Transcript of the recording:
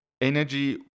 energy